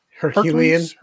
herculean